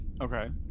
okay